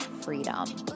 freedom